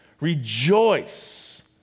Rejoice